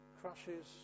crushes